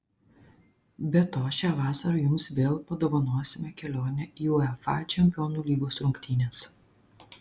be to šią vasarą jums vėl padovanosime kelionę į uefa čempionų lygos rungtynes